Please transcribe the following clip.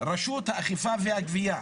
רשות האכיפה והגבייה,